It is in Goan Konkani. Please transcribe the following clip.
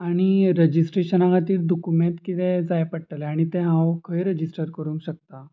आनी रजिस्ट्रेशना खातीर दुकुमेंत कितें जाय पडटलें आनी तें हांव खंय रजिस्टर करूंक शकता